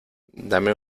dame